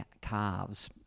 calves